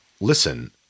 Listen